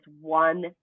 one